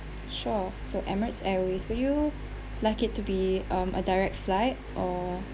sure so emirates airways will you like it to be um a direct flight or